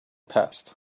passed